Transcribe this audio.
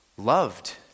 loved